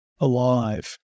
alive